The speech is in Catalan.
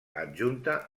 adjunta